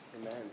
Amen